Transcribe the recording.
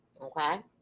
Okay